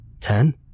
ten